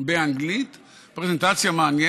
ופוגע בדמוקרטיה.